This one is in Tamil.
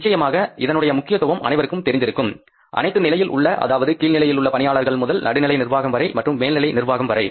நிச்சயமாக இதனுடைய முக்கியத்துவம் அனைவருக்கும் தெரிந்திருக்கும் அனைத்து நிலையில் உள்ள அதாவது கீழ் நிலையிலுள்ள பணியாளர்கள் முதல் நடுநிலை நிர்வாகம் வரை மற்றும் மேல்நிலை நிர்வாகம் வரை